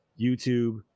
YouTube